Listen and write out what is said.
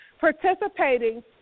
participating